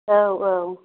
औ औ